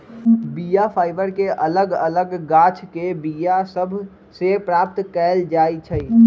बीया फाइबर के अलग अलग गाछके बीया सभ से प्राप्त कएल जाइ छइ